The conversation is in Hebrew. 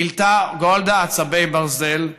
גילתה גולדה עצבי ברזל,